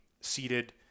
seated